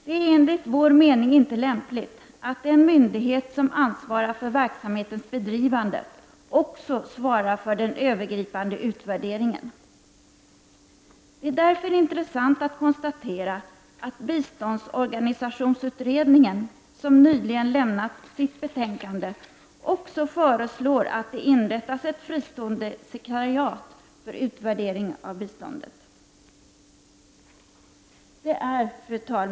Det är enligt vår mening inte lämpligt att den myndighet som ansvarar för verksamhetens bedrivande också ansvarar för den övergripande utvärderingen av samma verksamhet. Det är därför intressant att konstatera att biståndsorganisationsutredningen, som nyligen lämnat sitt betänkande, också föreslår att det inrättas ett fristående sekretariat för utvärdering av biståndet. Fru talman!